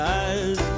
eyes